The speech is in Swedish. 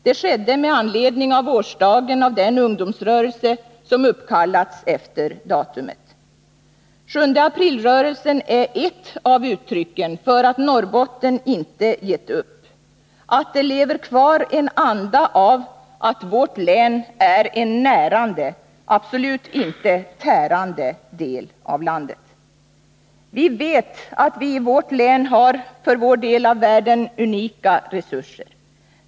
Det skedde med anledning av årsdagen av den ungdomsrörelse som uppkallats efter datumet. Sjunde april-rörelsen är ett av uttrycken för att Norrbotten inte gett upp, att det lever kvar en anda av att vårt län är en närande, absolut inte tärande del av landet. Vi vet att vi i vårt län har för vår del av världen unika resurser.